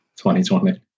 2020